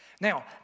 Now